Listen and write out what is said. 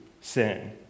sin